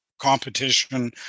competition